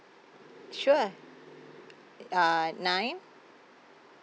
sure uh nine